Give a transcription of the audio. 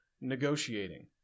negotiating